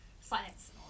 Science